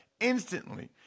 instantly